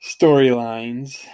storylines